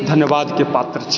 धन्यवादके पात्र छै